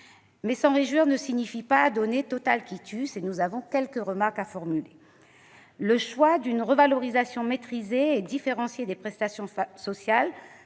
mais s'en réjouir ne signifie pas donner total quitus, et nous avons quelques remarques à formuler. Le choix d'une revalorisation maîtrisée et différenciée des prestations sociales